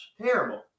Terrible